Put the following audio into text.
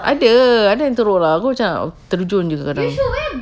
ada ada yang teruk lah aku macam terjujur juga